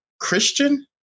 Christian